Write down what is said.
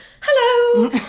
hello